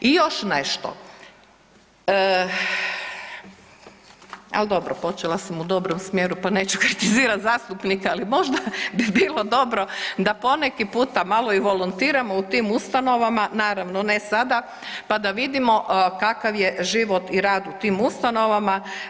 I još nešto, al dobro, počela sam u dobrom smjeru, pa neću kritizirat zastupnike, ali možda bi bilo dobro da poneki puta malo i volontiramo u tim ustanovama, naravno ne sada, pa da vidimo kakav je život i rad u tim ustanovama.